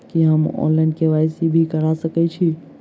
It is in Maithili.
की हम ऑनलाइन, के.वाई.सी करा सकैत छी?